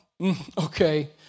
okay